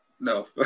no